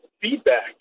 feedback